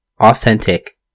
Authentic